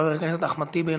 חבר הכנסת אחמד טיבי,